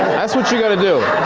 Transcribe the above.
that's what you're going to do.